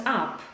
up